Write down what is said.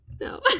No